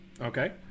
Okay